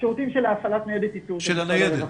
שירותים של הפעלת ניידת איתור של משרד הרווחה.